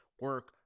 Work